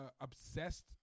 obsessed